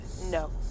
No